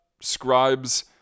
scribes